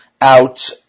out